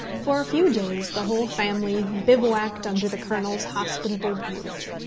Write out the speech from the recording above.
for a few days the whole family bivouacked under the colonel's hospitable roof,